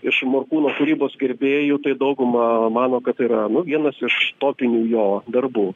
iš morkūno kūrybos gerbėjų tai dauguma mano kad tai yra nu vienas iš topinių jo darbų